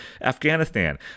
Afghanistan